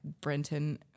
Brenton